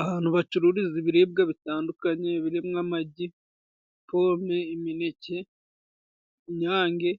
Abantu bacururiza ibiribwa bitandukanye birimo amagi, pome, imineke, inyange,